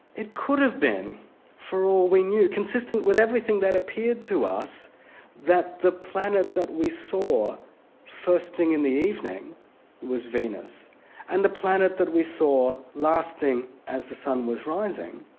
it could have been for all we knew, consistent with everything that appeared to us that the planet that we saw first thing in the evening was venus and the planet that we saw last thing as the sun was rising,